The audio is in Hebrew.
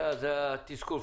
זה התסכול.